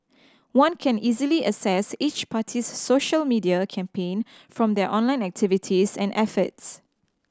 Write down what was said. one can easily assess each party's social media campaign from their online activities and efforts